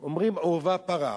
אומרים עורבא פרח.